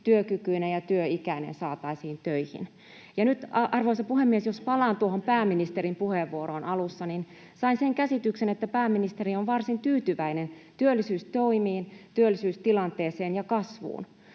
työkykyinen ja työikäinen saataisiin töihin. Nyt, arvoisa puhemies, jos palaan tuohon pääministerin puheenvuoroon alussa, niin sain sen käsityksen, että pääministeri on varsin tyytyväinen työllisyystoimiin, työllisyystilanteeseen ja kasvuun,